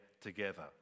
together